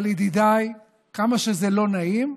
אבל ידידיי, כמה שזה לא נעים,